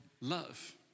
love